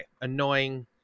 annoying